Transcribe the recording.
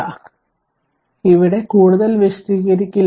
അതിനാൽ ഇവിടെ കൂടുതൽ വിശദീകരിക്കില്ല